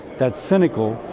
that's cynical,